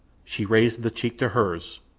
she raised the cheek to hers.